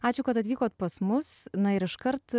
ačiū kad atvykot pas mus na ir iškart